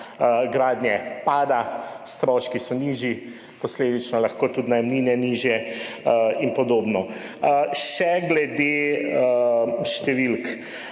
gradnje pada, stroški so nižji, posledično so lahko tudi najemnine nižje in podobno. Še glede številk.